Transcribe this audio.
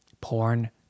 Porn